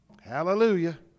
hallelujah